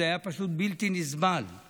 זה היה פשוט בלתי נסבל,